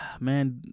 man